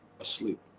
asleep